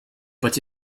but